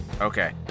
Okay